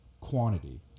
quantity